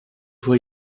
for